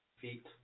Feet